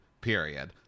period